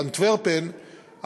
באנטוורפן,